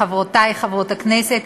חברותי חברות הכנסת,